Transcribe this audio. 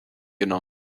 genommen